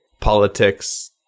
politics